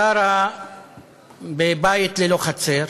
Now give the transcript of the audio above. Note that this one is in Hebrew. גרה בבית ללא חצר.